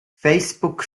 facebook